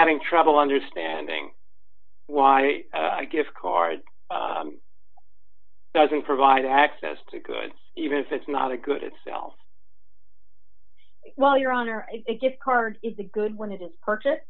having trouble understanding why i gift card doesn't provide access to goods even if it's not a good itself well your honor if gift card is a good one it is purchased